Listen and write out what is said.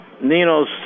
Nino's